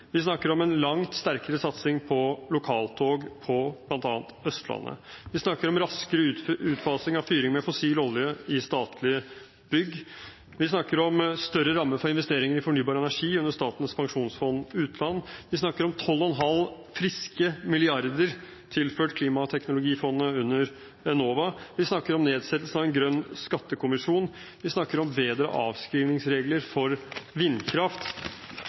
Vi snakker om en langt sterkere satsing på lokaltog på bl.a. Østlandet. Vi snakker om raskere utfasing av fyring med fossil olje i statlige bygg. Vi snakker om større rammer for investeringer i fornybar energi under Statens pensjonsfond utland. Vi snakker om 12,5 friske milliarder kroner tilført klimateknologifondet under Enova. Vi snakker om nedsettelsen av en grønn skattekommisjon. Vi snakker om bedre avskrivningsregler for vindkraft.